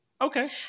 okay